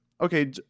okay